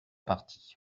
partie